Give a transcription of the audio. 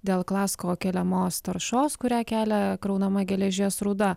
dėl klasko keliamos taršos kurią kelia kraunama geležies rūda